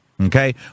Okay